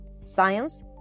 science